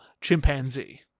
chimpanzee